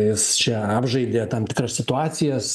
jis čia apžaidė tam tikras situacijas